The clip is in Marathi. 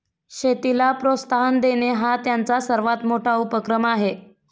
शेतीला प्रोत्साहन देणे हा त्यांचा सर्वात मोठा उपक्रम आहे